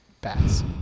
Bats